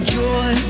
joy